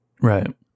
Right